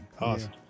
Awesome